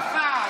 שום רב לא איתך.